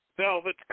velvet